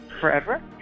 forever